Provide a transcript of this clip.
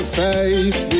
face